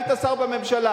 היית שר בממשלה,